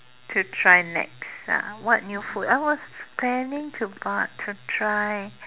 to try next uh what new food I was planning to buy to try